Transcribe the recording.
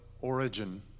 Origin